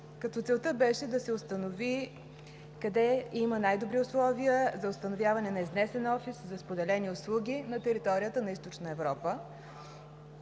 като целта беше да се установи къде има най-добри условия за установяване на изнесен офис за споделени услуги на територията на Източна Европа,